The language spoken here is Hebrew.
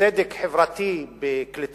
הצדק החברתי בקליטת